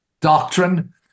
doctrine